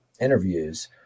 interviews